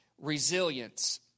resilience